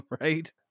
Right